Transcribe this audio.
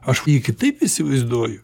aš jį kitaip įsivaizduoju